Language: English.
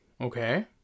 okay